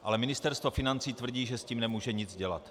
Ale Ministerstvo financí tvrdí, že s tím nemůže nic dělat.